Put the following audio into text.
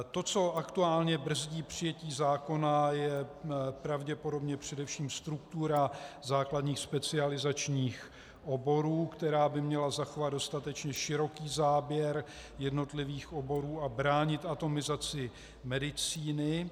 To, co aktuálně brzdí přijetí zákona, je pravděpodobně především struktura základních specializačních oborů, která by měla zachovat dostatečně široký záběr jednotlivých oborů a bránit atomizaci medicíny.